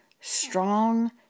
strong